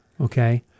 okay